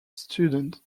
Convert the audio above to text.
student